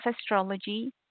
Astrology